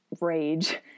rage